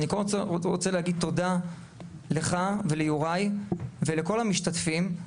אז אני רוצה להגיד תודה לך וליוראי ולכל המשתתפים.